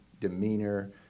demeanor